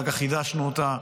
אחר כך חידשנו אותה,